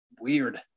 weird